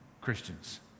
Christians